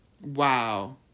wow